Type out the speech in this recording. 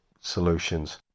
solutions